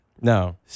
No